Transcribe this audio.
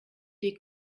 des